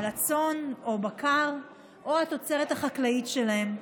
על הצאן או הבקר או התוצרת החקלאית שלהם.